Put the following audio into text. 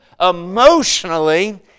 emotionally